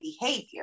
behavior